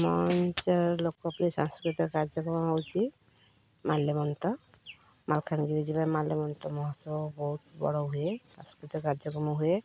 ଆମ ଅଞ୍ଚଳ ଲୋକପ୍ରିୟ ସାଂସ୍କୃତିକ କାର୍ଯ୍ୟକ୍ରମ ହେଉଛି ମାଲ୍ୟମବନ୍ତ ମାଲକାନଗିରି ଜିଲ୍ଲାରେ ମାଲ୍ୟବନ୍ତ ମହୋତ୍ସବ ବହୁତ ବଡ଼ ହୁଏ ସାଂସ୍କୃତିକ କାର୍ଯ୍ୟକ୍ରମ ହୁଏ